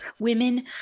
women